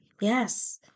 Yes